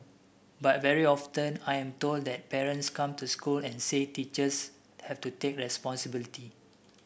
but very often I am told that parents come to school and say teachers have to take responsibility